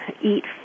eat